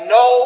no